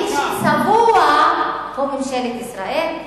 מי שצבוע הוא ממשלת ישראל,